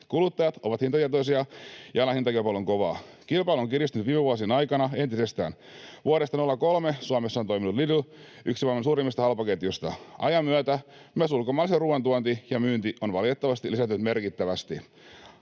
Kuluttajat ovat hintatietoisia, ja näin hintakilpailu on kovaa. Kilpailu on kiristynyt viime vuosien aikana entisestään. Vuodesta 03 Suomessa on toiminut Lidl, yksi maailman suurimmista halpaketjuista. Ajan myötä myös ulkomaisen ruoan tuonti ja myynti ovat valitettavasti lisääntyneet merkittävästi.